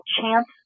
chance